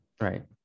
right